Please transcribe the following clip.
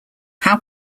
how